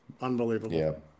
unbelievable